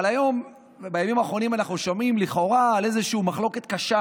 אבל היום ובימים האחרונים אנחנו שומעים לכאורה על איזושהי מחלוקת קשה